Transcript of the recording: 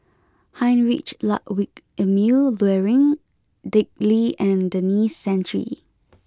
Heinrich Ludwig Emil Luering Dick Lee and Denis Santry